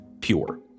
pure